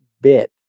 bit